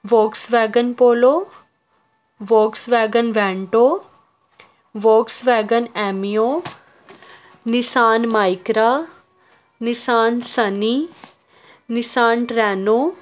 Volkswagen Polo Volkswagen Vento Volkswagen Ameo Nissan Micra Nissan Sunny Nissan Reno